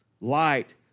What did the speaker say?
light